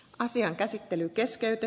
asian käsittely keskeytti